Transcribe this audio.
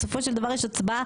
בסופו של דבר יש הצבעה